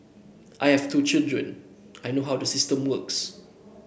I have two children I know how the system works